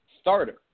starter